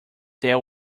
there